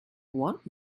want